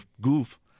goof